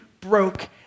broke